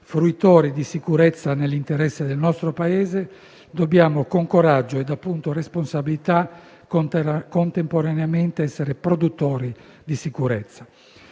fruitori di sicurezza nell'interesse del nostro Paese, dobbiamo con coraggio e responsabilità contemporaneamente essere produttori di sicurezza.